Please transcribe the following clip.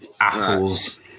apples